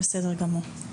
בסדר גמור.